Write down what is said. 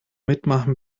mitmachen